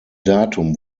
datum